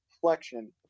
flexion